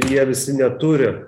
jie visi neturi